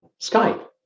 Skype